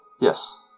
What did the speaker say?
Yes